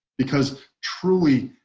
because truly.